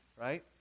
right